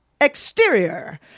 exterior